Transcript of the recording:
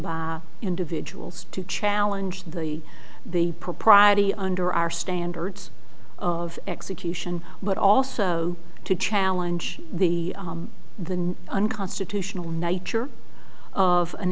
by individuals to challenge the the propriety under our standards of execution but also to challenge the than unconstitutional nature of an